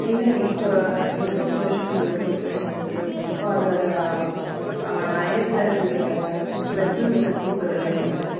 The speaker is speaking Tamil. இல்லை இப்போ ப்ரெசென்ட் வெர்ஷன் உள்ள புக்கு வேணும் for higher classes plus one plus டூக்கு வேணும் மேடம்